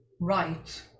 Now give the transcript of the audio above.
right